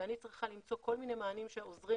ואני צריכה למצוא כל מיני מענים שעוזרים